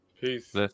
Peace